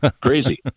Crazy